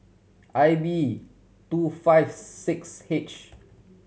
I B two five six H